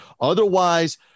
Otherwise